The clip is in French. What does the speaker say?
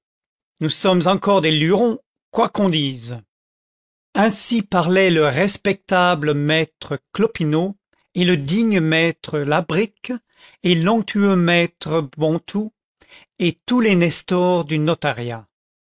nous sommes encore des lurons quoi qu'on dise content from google book search generated at ainsi parlaient le respectable maître clopineau et le digne maître labrique et l'onctueux maître bontoux et tous les nestors du notariat